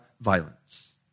violence